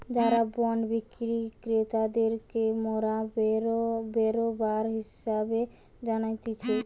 যারা বন্ড বিক্রি ক্রেতাদেরকে মোরা বেরোবার হিসেবে জানতিছে